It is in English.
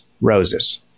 roses